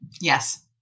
Yes